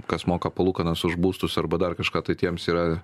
kas moka palūkanas už būstus arba dar kažką tai tiems yra